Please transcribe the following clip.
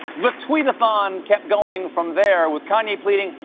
the tweet-a-thon kept going from there, with kanye pleading,